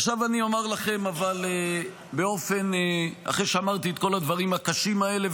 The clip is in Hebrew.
עכשיו אומר לכם: אחרי שאמרתי את כל הדברים הקשים האלה,